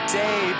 day